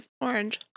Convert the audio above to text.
orange